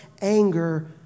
anger